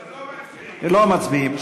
לא מצביעים.